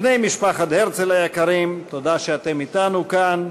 בני משפחת הרצל היקרים, תודה שאתם אתנו כאן,